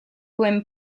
poèmes